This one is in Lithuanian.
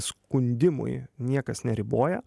skundimui niekas neriboja